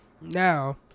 Now